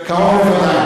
קרוב לוודאי.